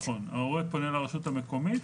נכון, ההורה פונה לרשות המקומית.